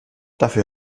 dafür